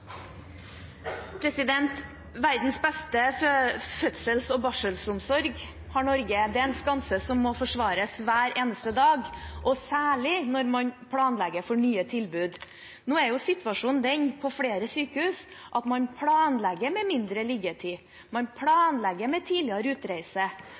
skanse som må forsvares hver eneste dag, og særlig når man planlegger for nye tilbud. Nå er situasjonen den på flere sykehus at man planlegger med mindre liggetid, man